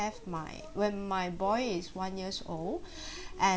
have my when my boy is one years old and